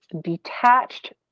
detached